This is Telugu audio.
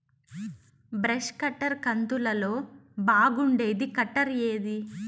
బ్రష్ కట్టర్ కంతులలో బాగుండేది కట్టర్ ఏది?